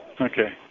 Okay